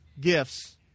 gifts